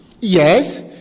Yes